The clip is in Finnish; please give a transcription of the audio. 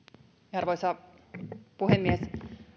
arvoisa puhemies